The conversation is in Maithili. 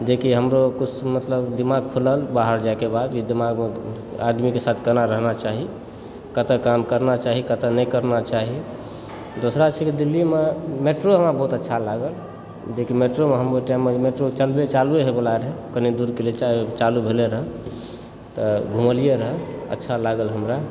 जेकि हमरो किछु मतलब दिमाग खुलल बाहर जाइके बाद दिमागमे आदमीके साथ केना रहना चाही कतए काम करना चाही कतए नहि करना चाही दोसरा छै कि दिल्लीमे मेट्रो हमरा बहुत अच्छा लागल जेकि मेट्रोमे हम ओहि टाइममे ओ मेट्रो चालूए होवऽ वाला रहय कनि दूरके लेल चालू भेलय रह तऽ घुमलियै रहऽ अच्छा लागल हमरा